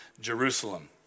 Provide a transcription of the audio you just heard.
Jerusalem